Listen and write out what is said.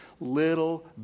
little